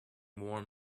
warm